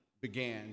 began